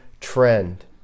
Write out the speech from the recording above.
trend